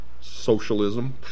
socialism